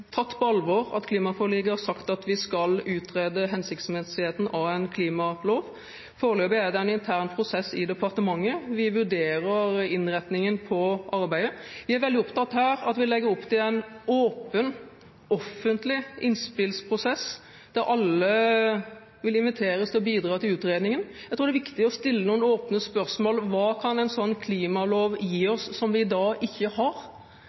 tatt på alvor at klimaforliket har sagt at vi skal utrede hensiktsmessigheten av en klimalov. Foreløpig er det en intern prosess i departementet. Vi vurderer innretningen på arbeidet. Vi er veldig opptatt av at vi legger opp til en åpen, offentlig innspillsprosess, der alle vil inviteres til å bidra til utredningen. Jeg tror det er viktig å stille noen åpne spørsmål: Hva kan en slik klimalov gi oss, som vi i dag ikke har? Vi har sett hva man har